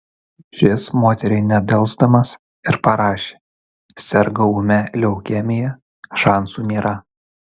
šis moteriai nedelsdamas ir parašė serga ūmia leukemija šansų nėra